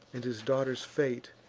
and his daughter's fate.